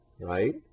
right